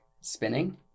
Spinning